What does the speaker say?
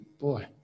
boy